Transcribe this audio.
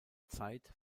zeit